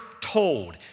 told